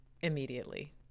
immediately